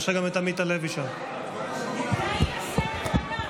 חברי הכנסת,